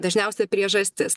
dažniausia priežastis